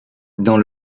dans